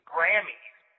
Grammys